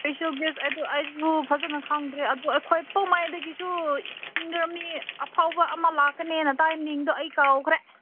ꯑꯩꯁꯨ ꯑꯩꯁꯨ ꯐꯖꯅ ꯈꯪꯗꯦ ꯑꯗꯨ ꯑꯩꯈꯣꯏ ꯄꯥꯎꯃꯥꯏꯗꯒꯤꯁꯨ ꯌꯥꯝ ꯁꯤꯡꯒꯔ ꯃꯤ ꯑꯐꯥꯎꯕ ꯑꯃ ꯂꯥꯛꯀꯅꯦꯅ ꯇꯥꯏ ꯃꯤꯡꯗꯣ ꯑꯩ ꯀꯥꯎꯈ꯭ꯔꯦ